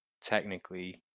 technically